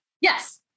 Yes